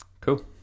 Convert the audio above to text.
Cool